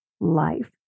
life